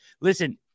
Listen